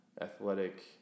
athletic